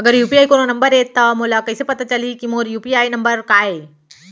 अगर यू.पी.आई कोनो नंबर ये त मोला कइसे पता चलही कि मोर यू.पी.आई नंबर का ये?